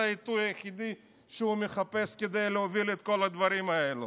זה העיתוי היחידי שהוא מחפש כדי להוביל את כל הדברים האלה.